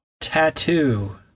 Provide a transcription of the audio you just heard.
Tattoo